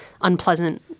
unpleasant